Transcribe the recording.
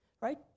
right